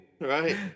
Right